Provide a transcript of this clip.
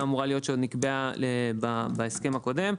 אמורה להיות שעוד נקבעה בהסכם הקודם.